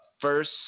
first